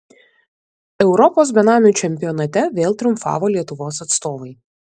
europos benamių čempionate vėl triumfavo lietuvos atstovai